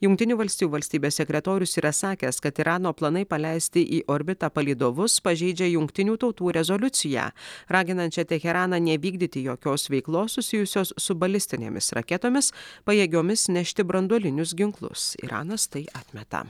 jungtinių valstijų valstybės sekretorius yra sakęs kad irano planai paleisti į orbitą palydovus pažeidžia jungtinių tautų rezoliuciją raginančią teheraną nevykdyti jokios veiklos susijusios su balistinėmis raketomis pajėgiomis nešti branduolinius ginklus iranas tai atmeta